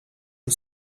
une